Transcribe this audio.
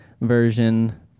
version